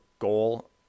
goal